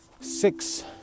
six